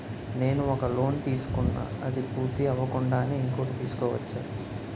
నేను ఒక లోన్ తీసుకున్న, ఇది పూర్తి అవ్వకుండానే ఇంకోటి తీసుకోవచ్చా?